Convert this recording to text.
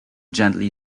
gently